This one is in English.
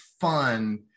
fun